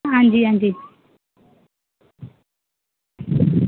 आं जी आं जी